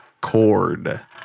Cord